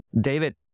David